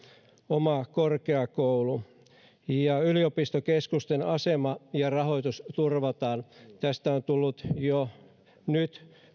oma korkeakoulu yliopistokeskusten asema ja rahoitus turvataan tästä on tullut yliopistoilta jo nyt